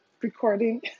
recording